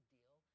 deal